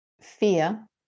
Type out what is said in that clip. fear